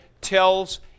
tells